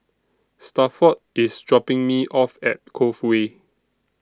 Stafford IS dropping Me off At Cove Way